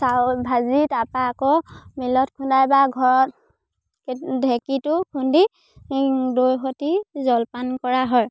চাউল ভাজি তাৰপৰা আকৌ মিলত খুন্দাই বা ঘৰত ঢেঁকীটো খুন্দি দৈ সৈতে জলপান কৰা হয়